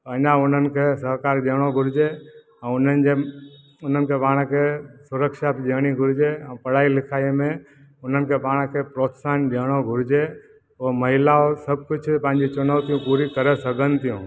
अञा उन्हनि खे सहकारु ॾियणो घुरिजे उन्हनि जे उन्हनि खे पाण खे सुरक्षा ॾियणी घुरिजे पढ़ाई लिखाईअ में उन्हनि खे पाण खे प्रोत्साहन ॾियणो घुरिजे ऐं महिलाऊं सभु कुझु पंहिंजी चुनौतियूं पूरी करे सघनि थियूं